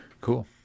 Cool